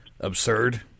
absurd